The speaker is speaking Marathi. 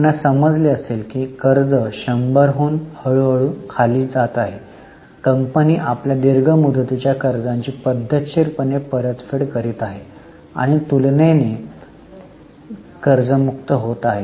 आपणास समजेल की कर्ज 100 हून हळू हळू खाली जात आहे कंपनी आपल्या दीर्घ मुदतीच्या कर्जाची पद्धतशीरपणे परतफेड करीत आहे आणि तुलनेने कर्जमुक्त होत आहे